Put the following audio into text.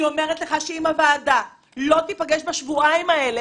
אני אומרת לך שאם הוועדה לא תיפגש עם המשפחות בשבועיים האלה,